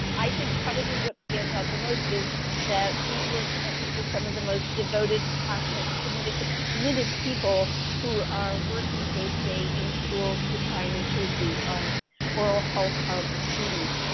i think probably what stands out the most is that we were connected to some of the most devoted, passionate, and committed committed people who are working day to day in schools to try to and improve the um oral health of the students.